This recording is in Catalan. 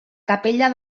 capella